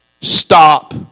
stop